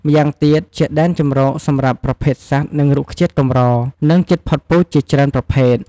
ម៉្យាងទៀតជាដែនជម្រកសម្រាប់ប្រភេទសត្វ និងរុក្ខជាតិកម្រ និងជិតផុតពូជជាច្រើនប្រភេទ។